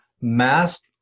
mask